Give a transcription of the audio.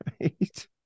right